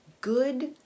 good